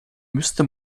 müsste